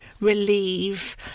relieve